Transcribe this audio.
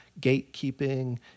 gatekeeping